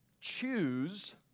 choose